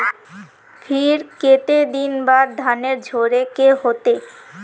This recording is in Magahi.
फिर केते दिन बाद धानेर झाड़े के होते?